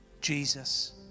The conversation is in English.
Jesus